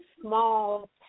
small